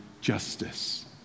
justice